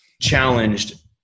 challenged